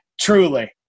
truly